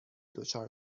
دچار